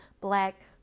black